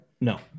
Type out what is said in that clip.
No